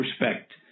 respect